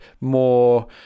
more